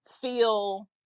feel